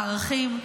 מערכים,